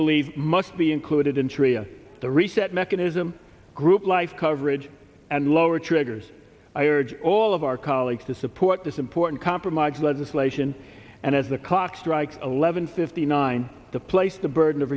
believe must be included in therea the reset mechanism group life coverage and lower triggers i urge all of our colleagues to see put this important compromise legislation and as the clock strikes eleven fifty nine to place the burden of